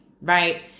right